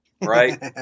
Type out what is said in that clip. Right